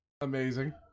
Amazing